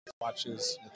watches